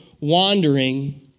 wandering